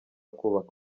kubaka